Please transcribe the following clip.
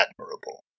admirable